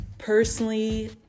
Personally